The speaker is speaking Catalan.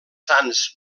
sants